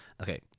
okay